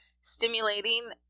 stimulating